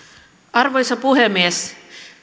arvoisa puhemies